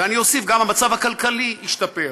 ואני אוסיף, גם המצב הכלכלי השתפר.